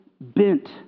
bent